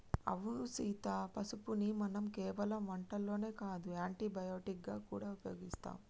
అవును సీత పసుపుని మనం కేవలం వంటల్లోనే కాదు యాంటీ బయటిక్ గా గూడా ఉపయోగిస్తాం